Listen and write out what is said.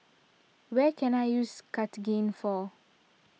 where can I use Cartigain for